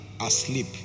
asleep